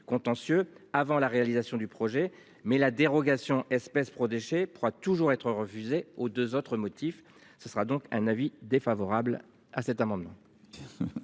contentieux avant la réalisation du projet mais la dérogation espèces protégées pourra toujours être refusé aux deux autres motifs. Ce sera donc un avis défavorable à cet amendement.